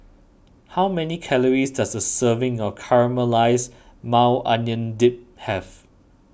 how many calories does a serving of Caramelized Maui Onion Dip have